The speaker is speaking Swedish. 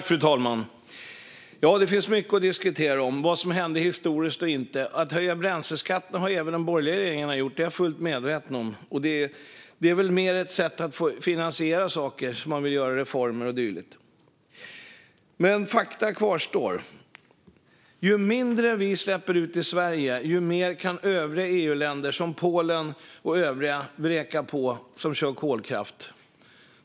Fru talman! Ja, det finns mycket att diskutera - vad som hände historiskt och inte. Höjt bränsleskatten har även de borgerliga regeringarna gjort; det är jag fullt medveten om. Det är väl mer ett sätt att finansiera saker som man vill göra, reformer och dylikt. Men faktum kvarstår. Ju mindre vi släpper ut i Sverige, desto mer kan övriga EU-länder som använder kolkraft, till exempel Polen, vräka på.